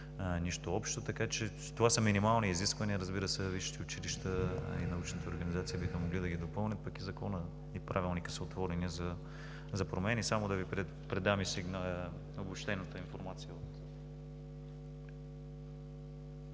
нищо общо. Така че това са минимални изисквания, разбира се, висшите училища и научните организации биха могли да ги допълнят, като Законът и Правилникът са отворени за промени. Да Ви предам и обобщената информация.